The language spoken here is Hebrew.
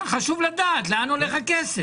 כן, חשוב לדעת לאן הולך הכסף.